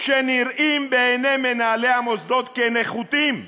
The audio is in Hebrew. שנראים בעיני מנהלי המוסדות כנחותים,